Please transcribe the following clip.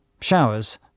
showers